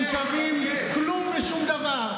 לא מתרגשים מכם.